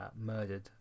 murdered